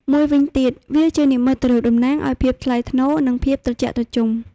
មួយវិញទៀត វាជានិមិត្តរូបតំណាងឱ្យភាពថ្លៃថ្នូរ និងភាពត្រជាក់ត្រជុំ។